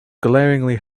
glaringly